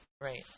Right